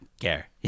care